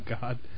god